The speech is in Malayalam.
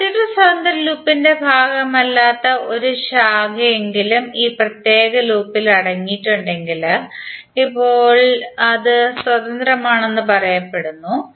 മറ്റേതൊരു സ്വതന്ത്ര ലൂപ്പിന്റെ ഭാഗമല്ലാത്ത ഒരു ശാഖയെങ്കിലും ഈ പ്രത്യേക ലൂപ്പിൽ അടങ്ങിയിട്ടുണ്ടെങ്കിൽ ഇപ്പോൾ അത് സ്വതന്ത്രമാണെന്ന് പറയപ്പെടുന്നു